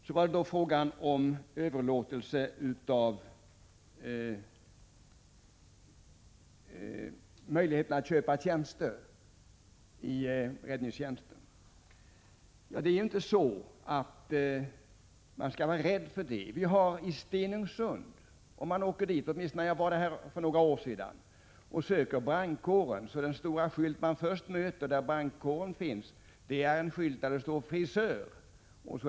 Det var också fråga om överlåtelse av möjligheterna att köpa tjänster i räddningstjänsten. Man skall inte vara rädd för det. Om man söker brandkåren i Stenungsund — åtminstone var det så när jag var där för några år sedan — är den stora skylt man först möter där brandkåren finns en skylt som det står frisör på.